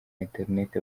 internet